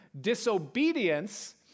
Disobedience